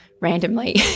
randomly